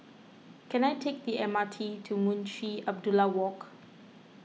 can I take the M R T to Munshi Abdullah Walk